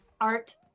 art